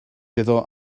iddo